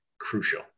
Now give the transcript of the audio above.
crucial